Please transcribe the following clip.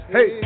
Hey